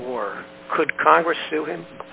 of war could congress to him